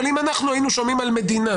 אבל אם אנחנו היינו שומעים על מדינה